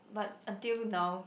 but until now